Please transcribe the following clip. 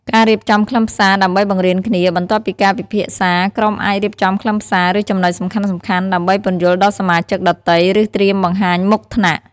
ការរៀបចំខ្លឹមសារដើម្បីបង្រៀនគ្នា បន្ទាប់ពីការពិភាក្សា ក្រុមអាចរៀបចំខ្លឹមសារ ឬចំណុចសំខាន់ៗដើម្បីពន្យល់ដល់សមាជិកដទៃ ឬត្រៀមបង្ហាញមុខថ្នាក់។